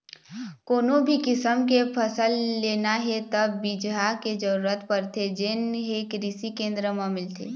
कोनो भी किसम के फसल लेना हे त बिजहा के जरूरत परथे जेन हे कृषि केंद्र म मिलथे